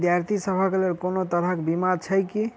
विद्यार्थी सभक लेल कोनो तरह कऽ बीमा छई की?